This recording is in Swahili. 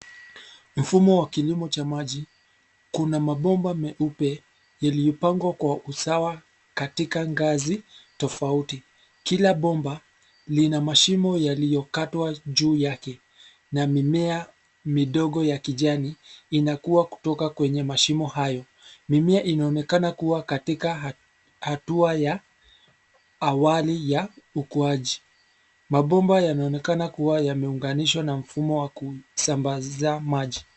Mfumo wa kilimo cha maji, kuna mabomba meupe, yaliyopangwa kwa usawa, katika ngazi, tofauti, kila bomba, lina mashimo yaliyokatwa juu yake, na mimea, midogo ya kijani, inakua kutoka kwenye mashimo hayo, mimea inaonekana kuwa katika, hatua ya, awali ya, ukuaji, mabomba yanaonekana kuwa yameunganishwa na mfumo wa kusambaza maji.